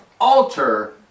Alter